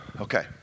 okay